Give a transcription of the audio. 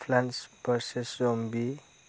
plants versus जुम्बिस